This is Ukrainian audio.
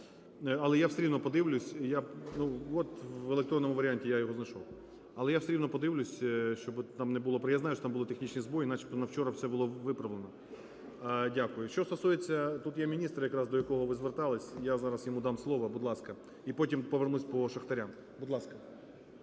але я все рівно подивлюся, щоби там не було... я знаю, що там були технічні збої, начебто на вчора все було виправлено. Дякую. Що стосується, тут є міністр, якраз до якого ви зверталися, я зараз йому дам слово, будь ласка, і потім повернуся по шахтарям.